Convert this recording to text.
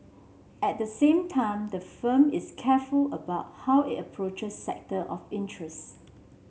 at the same time the firm is careful about how it approaches sector of interest